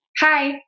Hi